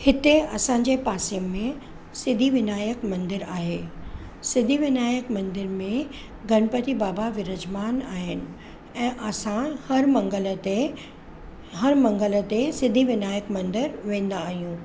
हिते असांजे पासे में सिद्धिविनायक मंदरु आहे सिद्धिविनायक मंदर में गणपति बाबा विराजमान आहिनि ऐं असां हर मंगल ते हर मंगल ते सिद्धिविनायक मंदरु वेंदा आहियूं